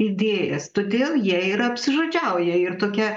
idėjas todėl jie ir apsižodžiauja ir tokia